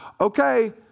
okay